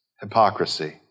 hypocrisy